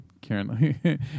Karen